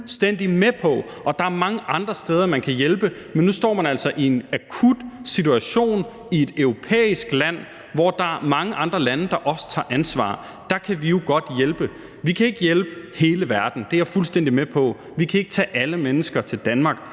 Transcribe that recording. der er mange andre steder, man kan hjælpe. Men nu står man altså i en akut situation i et europæisk land, hvor der er mange andre lande, der også tager ansvar. Der kan vi jo godt hjælpe. Vi kan ikke hjælpe hele verden; det er jeg fuldstændig med på. Vi kan ikke tage alle mennesker til Danmark,